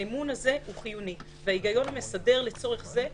האמון הזה הוא חיוני וההיגיון המסדר לצורך זה הכרחי.